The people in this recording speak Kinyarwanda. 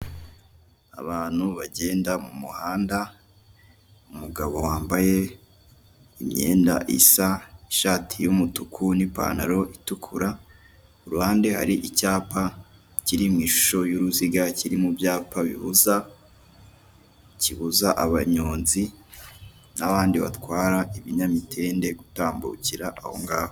Abantu bagenda mu muhanda, umugabo wambaye imyenda isa, ishati y'umutuku n'ipantaro itukura ku ruhande hari icyapa kiri mw'ishusho y'uruziga, kiri mu byapa bibuza, kibuza abanyonzi n'abandi batwara ibinyamitende gutambukira ahongaho.